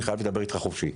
אני חייב לדבר איתך חופשי.